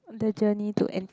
the journey to N